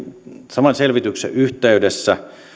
saman selvityksen yhteydessä